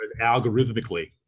algorithmically